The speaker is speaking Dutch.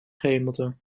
gehemelte